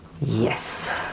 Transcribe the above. Yes